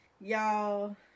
y'all